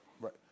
right